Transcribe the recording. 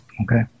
Okay